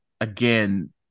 again